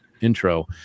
intro